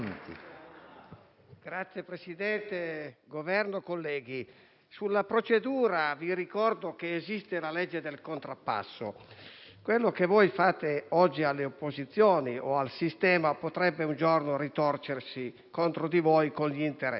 rappresentanti del Governo, colleghi, sulla procedura vi ricordo che esiste la legge del contrappasso: quello che fate oggi alle opposizioni o al sistema potrebbe, un giorno, ritorcersi contro di voi con gli interessi.